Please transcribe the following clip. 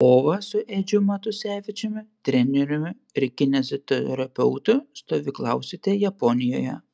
kovą su edžiu matusevičiumi treneriu ir kineziterapeutu stovyklausite japonijoje